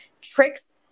tricks